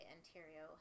Ontario